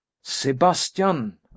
sebastian